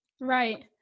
Right